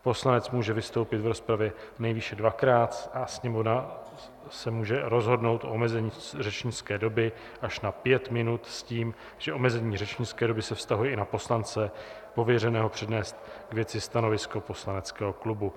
Poslanec může vystoupit v rozpravě nejvýše dvakrát a Sněmovna se může rozhodnout o omezení řečnické doby až na pět minut s tím, že omezení řečnické doby se vztahuje i na poslance pověřeného přednést k věci stanovisko poslaneckého klubu.